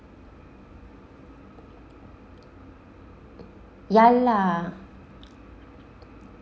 ya lah